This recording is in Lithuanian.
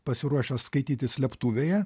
pasiruošęs skaityti slėptuvėje